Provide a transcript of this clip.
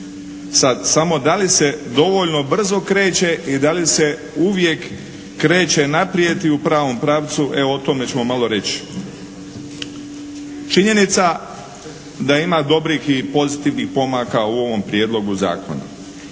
Sad samo da li se dovoljno brzo kreće i da li se uvijek kreće naprijed i u pravom pravcu e o tome ćemo malo reći. Činjenica je da ima dobrih i pozitivnih pomaka u ovom prijedlogu zakona.